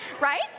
right